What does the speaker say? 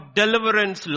deliverance